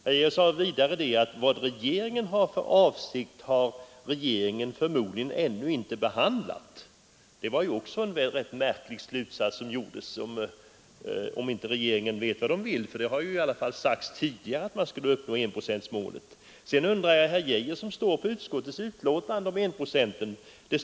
Herr Geijer sade vidare att regeringen förmodligen ännu inte behandlat vad den har för avsikt att göra. Det vore att dra en märklig slutsats, om man säger att regeringen inte vet vad den vill. Tidigare har det i alla fall sagts att vi skulle uppnå enprocentsmålet. Herr Geijer står för utskottets betänkande i fråga om enprocentsmålet.